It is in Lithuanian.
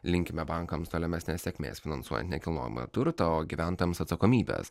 linkime bankams tolimesnės sėkmės finansuojant nekilnojamąjį turtą o gyventojams atsakomybės